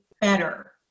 better